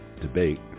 debate